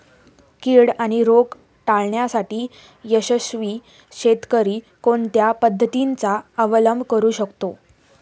कीड आणि रोग टाळण्यासाठी यशस्वी शेतकरी कोणत्या पद्धतींचा अवलंब करू शकतो?